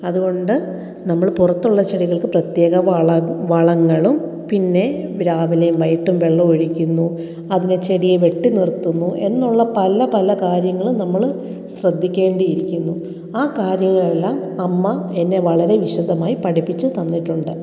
അതുകൊണ്ട് നമ്മൾ പുറത്തുള്ള ചെടികള്ക്ക് പ്രത്യേക വള വളങ്ങളും പിന്നെ രാവിലെയും വൈകീട്ടും വെള്ളം ഒഴിക്കുന്നു അതിലെ ചെടിയെ വെട്ടി നിര്ത്തുന്നു എന്നുള്ള പല പല കാര്യങ്ങൾ നമ്മൾ ശ്രദ്ധിക്കേണ്ടിയിരിക്കുന്നു ആ കാര്യങ്ങളെല്ലാം അമ്മ എന്നെ വളരെ വിശദമായി പഠിപ്പിച്ച് തന്നിട്ടുണ്ട്